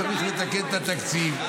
צריך לתקן את התקציב.